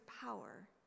power